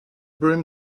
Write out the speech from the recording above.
broom